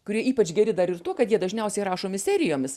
kurie ypač geri dar ir tuo kad jie dažniausiai rašomi serijomis